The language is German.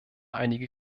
einige